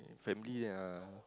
family uh